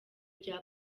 rya